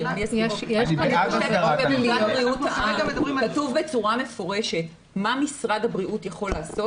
כתוב בצורה מפורשת מה משרד הבריאות יכול לעשות,